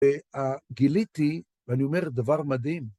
ו... ה... גיליתי, ואני אומר דבר מדהים, ...